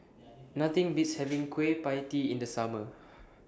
Nothing Beats having Kueh PIE Tee in The Summer